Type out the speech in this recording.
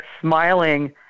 smiling